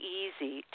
easy